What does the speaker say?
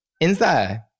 inside